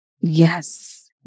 Yes